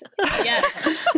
Yes